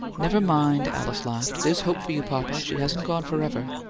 never mind, alice laughed. there's hope for you, papa. she hasn't gone forever!